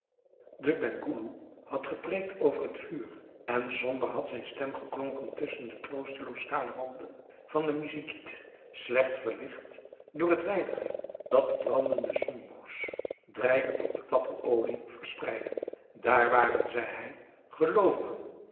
de penghoeloe had gepreekt over het vuur en somber had zijn stem geklonken tusschen de troosteloos kale wanden van de missigit slecht verlicht door het weinige dat de brandende soemboes drijvend op de klapperolie verspreidden daar waren zei hij geloovigen